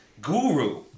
Guru